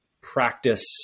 practice